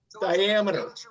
diameter